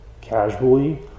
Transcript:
casually